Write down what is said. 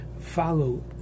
follow